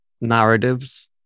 narratives